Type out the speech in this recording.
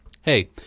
hey